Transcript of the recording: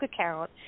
account